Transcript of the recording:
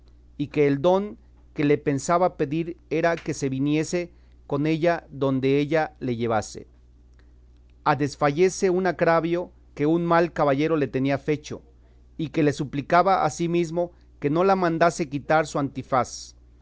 y que el don que le pensaba pedir era que se viniese con ella donde ella le llevase a desfacelle un agravio que un mal caballero le tenía fecho y que le suplicaba ansimesmo que no la mandase quitar su antifaz